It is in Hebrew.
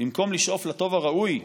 במקום לשאוף לטוב הראוי?